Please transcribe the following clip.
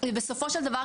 בסופו של דבר,